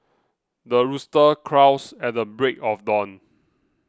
the rooster crows at the break of dawn